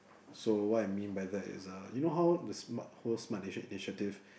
so what I mean by that is uh you know how the smart whole smart nation initiative